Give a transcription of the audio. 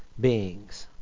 beings